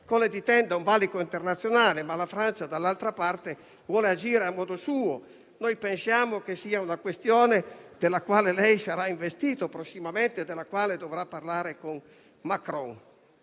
Colle di Tenda è un valico internazionale, ma la Francia vuole agire a modo suo; noi pensiamo che sia una questione della quale lei sarà investito prossimamente e della quale dovrà parlare con il